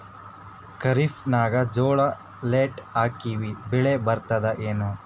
ಖರೀಫ್ ನಾಗ ಜೋಳ ಲೇಟ್ ಹಾಕಿವ ಬೆಳೆ ಬರತದ ಏನು?